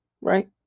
Right